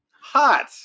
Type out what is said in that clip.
hot